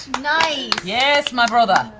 yes, my brother!